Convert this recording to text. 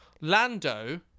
Lando